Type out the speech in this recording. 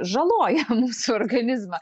žaloja mūsų organizmą